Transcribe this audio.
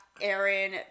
Aaron